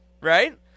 right